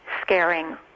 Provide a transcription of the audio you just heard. scaring